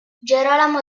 gerolamo